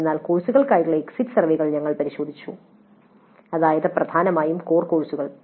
അതിനാൽ കോഴ്സുകൾക്കായുള്ള എക്സിറ്റ് സർവേകൾ ഞങ്ങൾ പരിശോധിച്ചു അതായത് പ്രധാനമായും കോർ കോഴ്സുകൾ